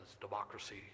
Democracy